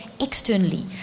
externally